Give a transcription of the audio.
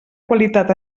qualitat